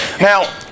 Now